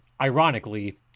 ironically